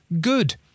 good